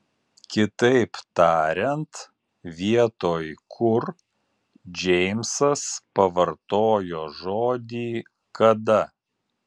kitaip tariant vietoj kur džeimsas pavartojo žodį kada